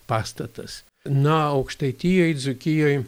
pastatas na aukštaitijoj dzūkijoj